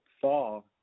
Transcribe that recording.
fall